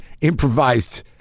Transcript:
improvised